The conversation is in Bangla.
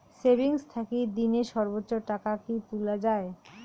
সেভিঙ্গস থাকি দিনে সর্বোচ্চ টাকা কি তুলা য়ায়?